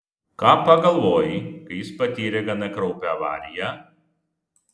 ką pagalvojai kai jis patyrė gana kraupią avariją